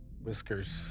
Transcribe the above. Whiskers